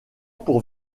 pour